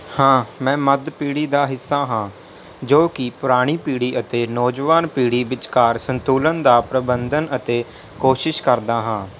ਹਾਂ ਮੈਂ ਮੱਧ ਪੀੜ੍ਹੀ ਦਾ ਹਿੱਸਾ ਹਾਂ ਜੋ ਕਿ ਪੁਰਾਣੀ ਪੀੜ੍ਹੀ ਅਤੇ ਨੌਜਵਾਨ ਪੀੜ੍ਹੀ ਵਿਚਕਾਰ ਸੰਤੁਲਨ ਦਾ ਪ੍ਰਬੰਧਨ ਅਤੇ ਕੋਸ਼ਿਸ਼ ਕਰਦਾ ਹੈ